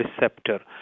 receptor